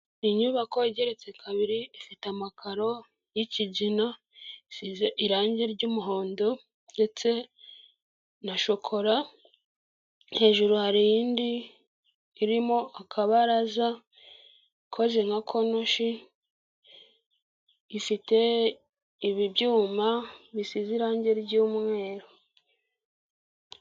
Ni inyubako igeretse kabiri ifite amakaro y'ikigina isize irangi ry'umuhondo ndetse na shokora, hejuru hari iyindi irimo akabaraza ikoze nka konoshi ifite ibyuma bisize irangi ry'umweru.